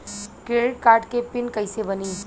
Credit card के pin कैसे बनी?